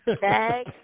Tag